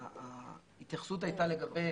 ההתייחסות הייתה לגבי